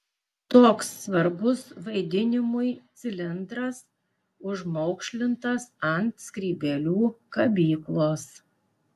toks svarbus vaidinimui cilindras užmaukšlintas ant skrybėlių kabyklos